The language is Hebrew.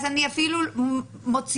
אז אני אפילו מוציאה